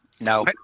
No